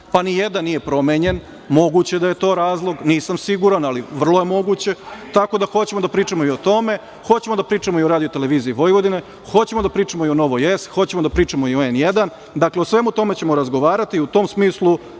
pa nijedan nije promenjen. Moguće da je to razlog, nisam siguran, ali vrlo je moguće. Tako da, hoćemo da pričamo i o tome. Hoćemo da pričamo i o Radio-televiziji Vojvodini, hoćemo da pričamo i o Novoj S, hoćemo da pričamo i o N1. Dakle, o svemu tome ćemo razgovarati. U tom smislu,